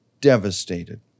devastated